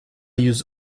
use